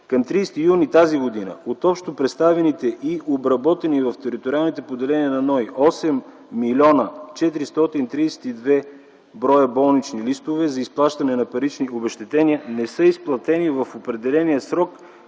Към 30 юни тази година от общо представените и обработени в териториалните поделения на НОИ 8 млн. 432 броя болнични листове за изплащане на парични обезщетения, в определения срок